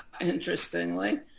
interestingly